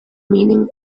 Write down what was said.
meaning